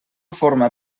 forma